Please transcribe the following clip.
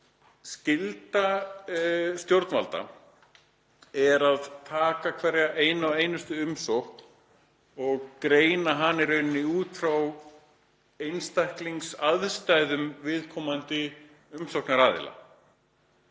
Skylda stjórnvalda er að taka hverja einustu umsókn og greina hana út frá einstaklingsaðstæðum viðkomandi umsóknaraðila.